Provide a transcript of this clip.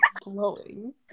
blowing